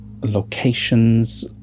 locations